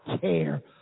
care